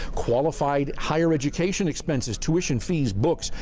qualified higher education expenses, tuition, fees, books,